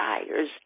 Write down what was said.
desires